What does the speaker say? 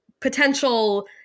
potential